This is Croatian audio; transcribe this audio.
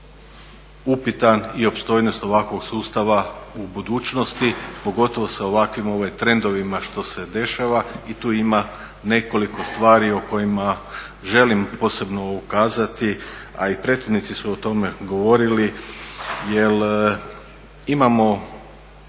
upitan i opstojnost ovakvog sustava u budućnosti pogotovo sa ovakvim trendovima što se dešava i tu ima nekoliko stvari o kojima želim posebno ukazati, a i prethodnici su o tome govorili jel imamo